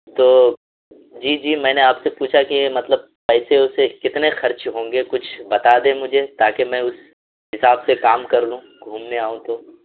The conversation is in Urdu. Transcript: تو جی جی میں نے آپ سے پوچھا کہ مطلب پیسے ویسے کتنے خرچ ہوں گے کچھ بتا دیں مجھے تاکہ میں اس حساب سے کام کر لوں گھومنے آؤں تو